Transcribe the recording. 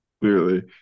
clearly